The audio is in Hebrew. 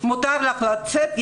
מותר לך לצאת,